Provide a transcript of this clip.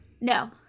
No